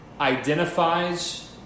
identifies